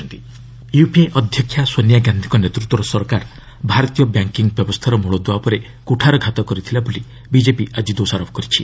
BJP banks UPA ଅଧ୍ୟକ୍ଷା ସୋନିଆ ଗାନ୍ଧିଙ୍କ ନେତୃତ୍ୱର ସରକାର ଭାରତୀୟ ବ୍ୟାଙ୍କିଙ୍ଗ୍ ବ୍ୟବସ୍ଥାର ମୂଳଦୁଆ ଉପରେ କୁଠାରଘାତ କରିଥିଲା ବୋଲି ବିଜେପି ଆକି ଦୋଷାରୋପ କରିଛି